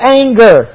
anger